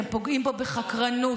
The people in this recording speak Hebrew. אתם פוגעים פה בחקרנות.